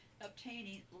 obtaining